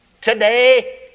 today